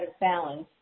balance